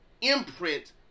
imprint